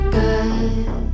good